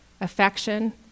affection